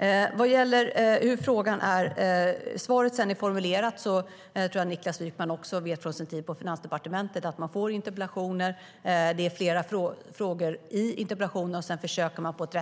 När det gäller hur svaret sedan är formulerat tror jag att också Niklas Wykman från sin tid på Finansdepartementet vet att man får interpellationer med flera frågor i, och då försöker man på ett